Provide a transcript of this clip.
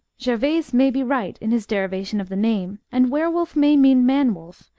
gervaise may be right in his derivation of the name, and were-wolf may mean man-wolf,